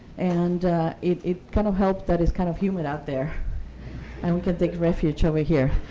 and it it kind of helped that it's kind of humid out there and we can take refuge over here.